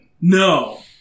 No